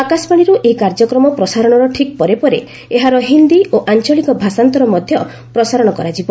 ଆକାଶବାଣୀର୍ଚ ଏହି କାର୍ଯ୍ୟକ୍ରମ ପ୍ରସାରଣର ଠିକ୍ ପରେ ପରେ ଏହାର ହିନ୍ଦି ଓ ଆଞ୍ଚଳିକ ଭାଷାନ୍ତର ମଧ୍ୟ ପ୍ରସାର କରାଯିବ